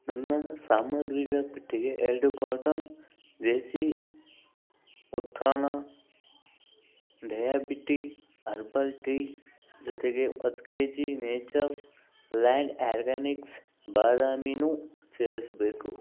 ನನ್ನ ಸಾಮಗ್ರಿಗಳ ಪಟ್ಟಿಗೆ ಎರಡು carton Desi Utthana diabetea herbal tea ಜೊತೆಗೆ ಹತ್ ಕೆ ಜಿ ನೇಚರ್ಲ್ಯಾಂಡ್ ಆರ್ಗ್ಯಾನಿಕ್ಸ್ ಬಾದಾಮಿನೂ ಸೇರಿಸ್ಬೇಕು